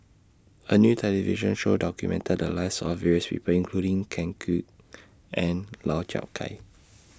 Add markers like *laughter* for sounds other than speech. A New television Show documented The Lives of various People including Ken Kwek and Lau Chiap Khai *noise*